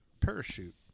parachute